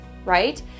Right